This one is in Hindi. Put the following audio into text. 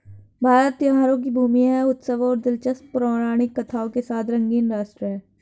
भारत त्योहारों की भूमि है, उत्सवों और दिलचस्प पौराणिक कथाओं के साथ रंगीन राष्ट्र है